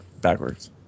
backwards